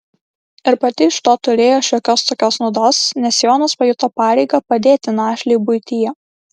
ir pati iš to turėjo šiokios tokios naudos nes jonas pajuto pareigą padėti našlei buityje